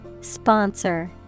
Sponsor